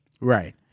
Right